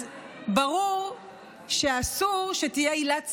אז ברור שאסור שתהיה עילת סבירות,